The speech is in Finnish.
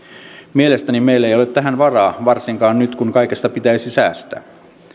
mielestäni meillä ei ole tähän varaa varsinkaan nyt kun kaikesta pitäisi säästää